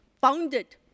founded